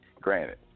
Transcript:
Granted